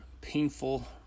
painful